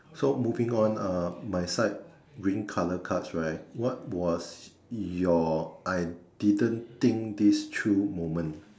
so moving on uh my side green colour cards right what was your I didn't think this through moment